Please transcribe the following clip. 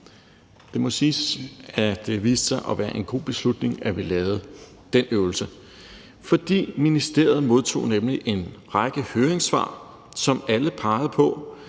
Det må siges at have vist sig at være en god beslutning, at vi lavede den øvelse, for ministeriet modtog nemlig en række høringssvar, som alle pegede på,